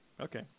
Okay